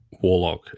Warlock